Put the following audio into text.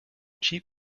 cheap